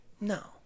No